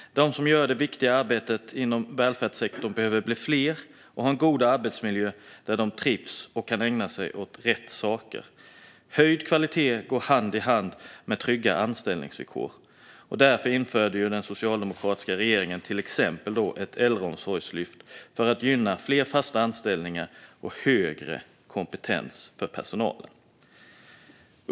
De som gör det viktiga arbetet inom välfärdssektorn behöver bli fler och ha en god arbetsmiljö där de trivs och kan ägna sig åt rätt saker. Höjd kvalitet går hand i hand med trygga anställningsvillkor. Därför införde den socialdemokratiska regeringen till exempel ett äldreomsorgslyft för att gynna fler fasta anställningar och högre kompetens bland personalen.